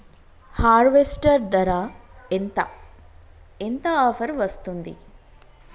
Harvester ధర ఎంత ఎంత ఆఫర్ వస్తుంది?